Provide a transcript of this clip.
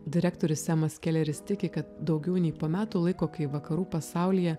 direktorius semas keleris tiki kad daugiau nei po metų laiko kai vakarų pasaulyje